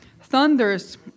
thunders